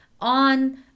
on